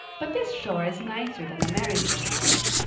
but this shore is nicer than the marysville shore.